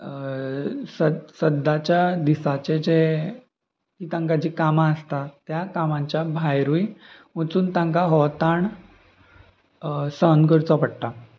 सद्दांच्या दिसाचे जे तांकां जीं कामां आसता त्या कामाच्या भायरूय वचून तांकां हो ताण सहन करचो पडटा